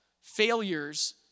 failures